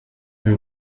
who